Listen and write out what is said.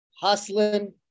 hustling